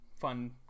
fun